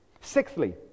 Sixthly